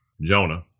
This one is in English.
Jonah